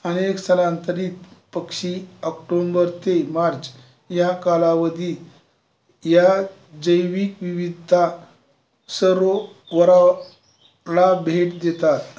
अनेक स्थलांतरित पक्षी ऑक्टोंबर ते मार्च या कालावधी या जैविक विविधता सर्रो वरा ला भेट देतात